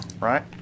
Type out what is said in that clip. right